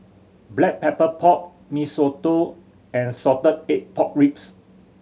Black Pepper Pork Mee Soto and salted egg pork ribs